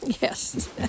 Yes